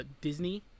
Disney